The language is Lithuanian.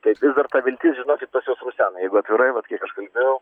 tai vis dar ta viltis žinokit pas juos rusena jeigu atvirai kiek aš kalbėjau